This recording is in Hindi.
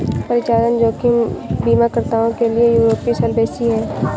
परिचालन जोखिम बीमाकर्ताओं के लिए यूरोपीय सॉल्वेंसी है